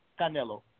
Canelo